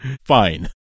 Fine